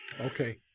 Okay